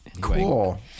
Cool